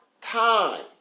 time